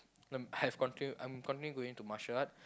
I'm have continue I'm continuing going to martial art